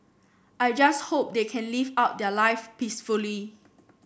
I just hope they can live out their live peacefully